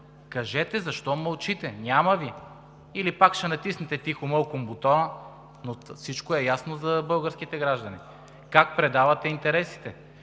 Кажете защо мълчите, няма Ви?! Или пак ще натиснете тихомълком бутона? Но всичко е ясно за българските граждани – как предавате интересите.